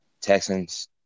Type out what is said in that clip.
Texans